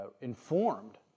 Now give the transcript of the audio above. informed